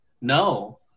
no